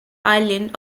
island